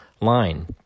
line